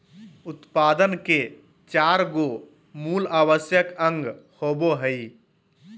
उत्पादन के चार गो मूल आवश्यक अंग होबो हइ